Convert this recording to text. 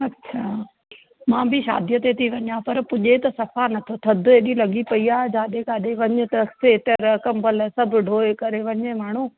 अछा मां बि शादीअ ते थी वञां पर पुॼे त सफ़ा नथो थधि त हेॾी लॻी पई आहे जाॾे ताॾे वञु त स्वेटर कंबल सभु ढोहे करे वञे माण्हू